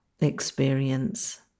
experience